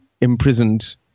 imprisoned